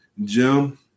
Jim